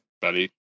buddy